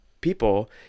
people